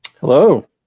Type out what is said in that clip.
Hello